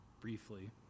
briefly